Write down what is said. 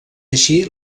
així